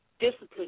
discipline